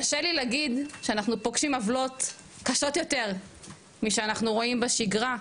קשה לי להגיד שאנחנו פוגשים עוולות קשות יותר משאנחנו רואים בשגרה,